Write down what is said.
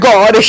God